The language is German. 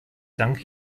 danke